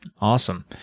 Awesome